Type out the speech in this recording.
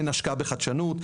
אין השקעה בחדשנות,